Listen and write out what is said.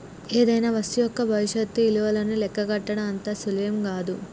ఏదైనా వస్తువు యొక్క భవిష్యత్తు ఇలువను లెక్కగట్టడం అంత సులువేం గాదు